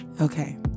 Okay